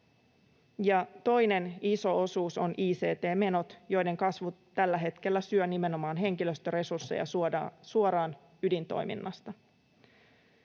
toinen iso osuus ovat ict-menot, joiden kasvu tällä hetkellä syö nimenomaan henkilöstöresursseja suoraan ydintoiminnasta.